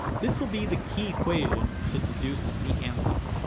this will be the key equation to deduce the answer.